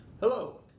Hello